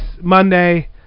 Monday